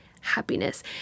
happiness